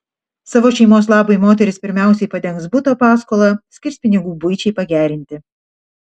savo šeimos labui moteris pirmiausia padengs buto paskolą skirs pinigų buičiai pagerinti